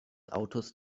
autos